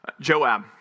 Joab